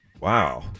Wow